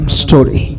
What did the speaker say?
story